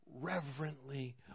reverently